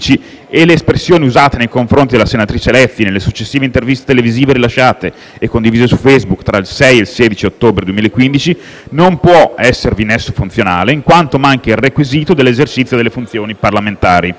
e le espressioni usate nei confronti della senatrice Lezzi nelle successive interviste televisive rilasciate e condivise su Facebook tra il 6 e il 16 ottobre 2015 non può esservi nesso funzionale in quanto manca il requisito dell'esercizio delle funzioni parlamentari.